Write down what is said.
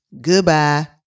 Goodbye